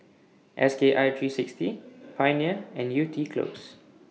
S K I three sixty Pioneer and Yew Tee Close